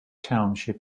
township